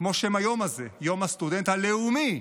כמו היום הזה, יום הסטודנט הלאומי.